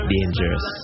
Dangerous